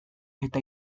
eta